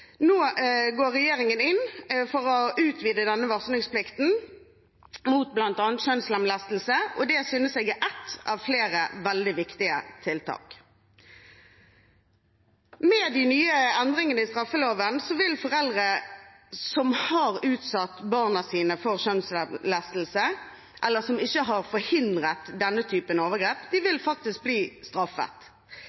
Nå går regjeringen inn for å utvide varslingsplikten for bl.a. kjønnslemlestelse, og det synes jeg er et av flere veldig viktige tiltak. Med de nye endringene i straffeloven vil foreldre som har utsatt barna sine for kjønnslemlestelse, eller som ikke har forhindret denne typen overgrep, bli straffet. Vi